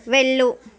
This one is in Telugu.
వెళ్ళు